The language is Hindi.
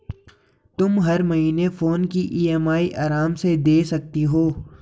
तुम हर महीने फोन की ई.एम.आई आराम से दे सकती हो